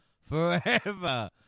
forever